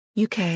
UK